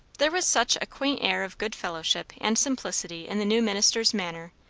there was such a quaint air of good-fellowship and simplicity in the new minister's manner,